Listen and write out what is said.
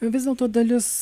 vis dėlto dalis